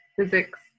physics